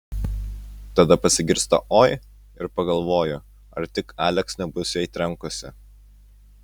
tada pasigirsta oi ir pagalvoju ar tik aleks nebus jai trenkusi